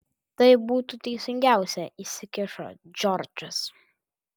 tai būtų teisingiausia įsikišo džordžas